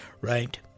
right